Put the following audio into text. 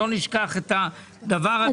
לא נשכח את שורדי השואה.